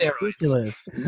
ridiculous